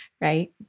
right